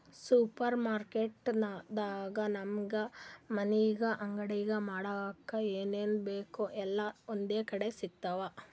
super market ದಾಗ್ ನಮ್ಗ್ ಮನಿಗ್ ಅಡಗಿ ಮಾಡಕ್ಕ್ ಏನೇನ್ ಬೇಕ್ ಎಲ್ಲಾ ಒಂದೇ ಕಡಿ ಸಿಗ್ತಾವ್